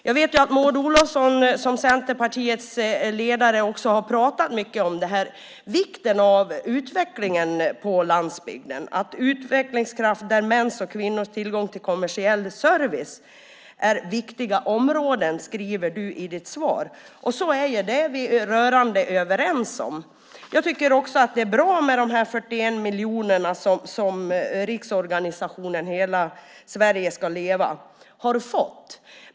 Maud Olofsson har som ledare för Centerpartiet talat mycket om vikten av utvecklingen på landsbygden, och i svaret skriver hon om att "stärka landsbygdens utvecklingskraft där mäns och kvinnors tillgång till kommersiell service är ett viktigt område". Så är det. Det är vi rörande överens om. Det är bra med de 41 miljoner som riksorganisationen Hela Sverige ska leva fått.